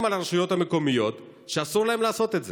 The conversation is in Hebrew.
על הרשויות המקומיות שאסור להן לעשות את זה.